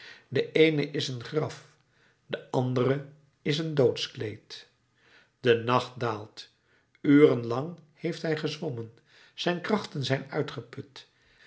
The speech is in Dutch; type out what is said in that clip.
de eene is een graf de andere is een doodskleed de nacht daalt uren lang heeft hij gezwommen zijn krachten zijn uitgeput